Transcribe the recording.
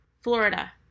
Florida